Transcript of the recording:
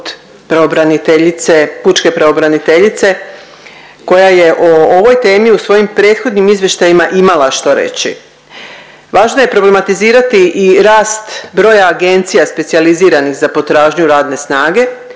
pučke pravobraniteljice koja je o ovoj temi u svojim prethodnim izvještajima imala što reći. Važno je problematizirati i rast broja agencija specijaliziranih za potražnju radne snage,